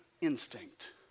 instinct